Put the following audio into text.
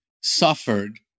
suffered